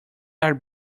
are